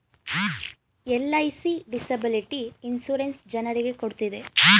LIC disability insurance ಜನರಿಗೆ ಕೊಡ್ತಿದೆ